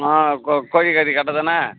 ஆ கோ கோழிக்கறி கடை தானே